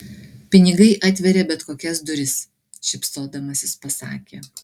pinigai atveria bet kokias duris šypsodamasis pasakė